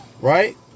Right